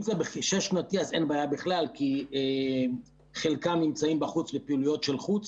אם זה בשש-שנתי אין בעיה בכלל כי חלקם נמצאים בחוץ בפעילויות של חוץ,